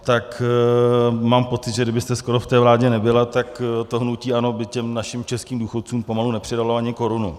Tak mám pocit, že kdybyste skoro ve vládě nebyla, tak hnutí ANO by našim českým důchodcům pomalu nepřidalo ani korunu.